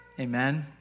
amen